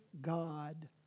God